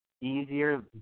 easier